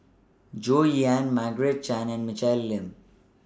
Goh Yihan Margaret Chan and Michelle Lim